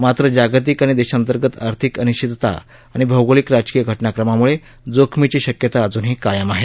मात्र जागतिक किंवा देशांतर्गत आर्थिक अनिश्चितता आणि भौगोलिक राजकीय घटनाक्रमाम्ळे जोखमीची शक्यता अजूनही कायम आहे